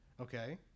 Okay